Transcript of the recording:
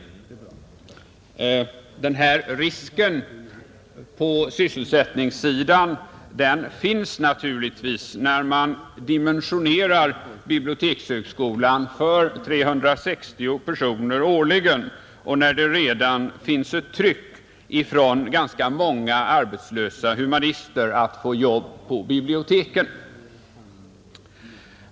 Den risken på sysselsättningssidan finns naturligtvis när man dimensionerar bibliotekshögskolan för 360 personer årligen och det redan finns ett tryck från ganska många arbetslösa humanister att få jobb på biblioteken.